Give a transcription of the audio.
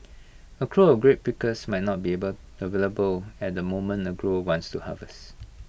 A crew of grape pickers might not be able available at the moment A grower wants to harvest